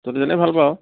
তেহঁতি যেনে ভাল পাও